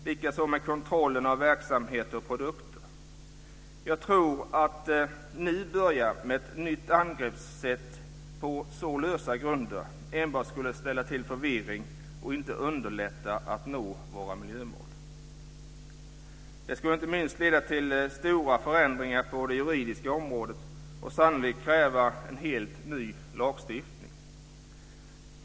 Likaså gäller det kontrollen av verksamheter och produkter. Att nu börja med ett nytt angreppssätt på så lösa grunder tror jag enbart skulle ställa till med förvirring och inte underlätta för oss att nå våra miljömål. Det skulle inte minst leda till stora förändringar på det juridiska området och sannolikt kräva en helt ny lagstiftning.